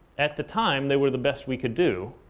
at the time, they were the best we could do.